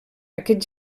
aquest